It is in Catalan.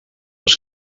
els